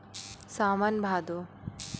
सावन भादो